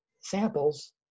samples